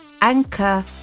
Anchor